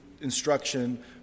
instruction